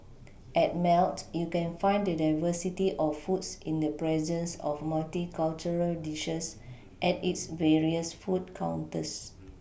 at melt you can find the diversity of foods in the presence of multicultural dishes at its various food counters